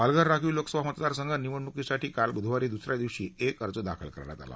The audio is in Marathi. पालघर राखीव लोकसभा मतदारसंघ निवडणुकीसाठी काल बुधवारी दुसऱ्या दिवशी एक अर्ज दाखल करण्यात आला